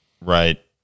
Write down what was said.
Right